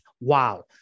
Wow